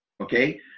okay